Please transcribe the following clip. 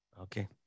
Okay